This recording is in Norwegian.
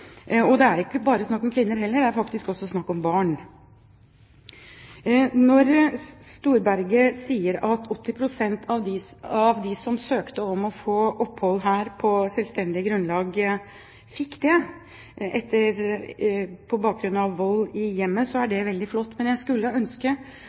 Og det er ikke bare snakk om kvinner heller, det er faktisk også snakk om barn. Når Storberget sier at 80 pst. av dem som søkte om å få opphold her på selvstendig grunnlag, fikk det på bakgrunn av vold i hjemmet, er